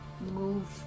Move